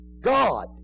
God